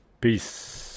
peace